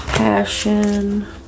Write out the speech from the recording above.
Passion